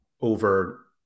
over